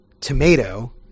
tomato